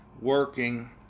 working